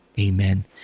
Amen